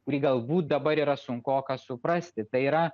kurį galbūt dabar yra sunkoka suprasti tai yra